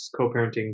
co-parenting